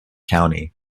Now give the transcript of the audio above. county